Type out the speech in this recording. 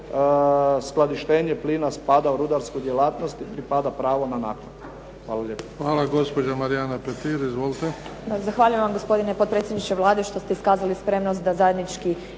skladištenje plina spada u rudarsku djelatnost i pripada pravo na naknadu. Hvala lijepo.